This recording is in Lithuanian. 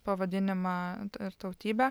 pavadinimą ir tautybę